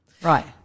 Right